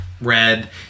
red